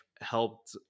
helped